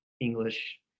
English